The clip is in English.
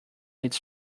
its